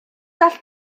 gall